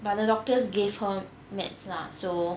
but the doctors gave her meds lah so